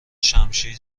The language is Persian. شمشیر